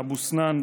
באבו סנאן,